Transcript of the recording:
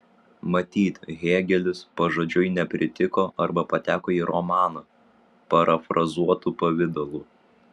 matyt hėgelis pažodžiui nepritiko arba pateko į romaną parafrazuotu pavidalu